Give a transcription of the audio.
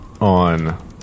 on